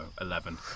Eleven